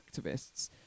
activists